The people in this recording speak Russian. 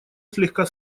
слегка